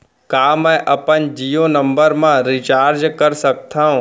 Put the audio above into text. का मैं अपन जीयो नंबर म रिचार्ज कर सकथव?